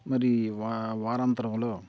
మరి వా వారాంతరంలో